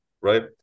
right